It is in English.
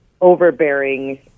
overbearing